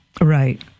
right